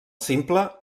simple